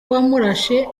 wamurashe